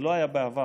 זה לא היה בעבר,